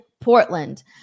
Portland